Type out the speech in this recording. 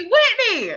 Whitney